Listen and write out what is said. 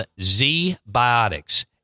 Z-Biotics